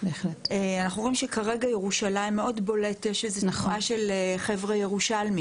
אנחנו רואים שכרגע ירושלים מאוד בולט של חברה ירושלמים